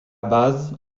base